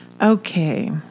okay